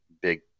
big